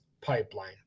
Pipeline